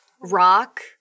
rock